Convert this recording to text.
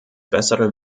bessere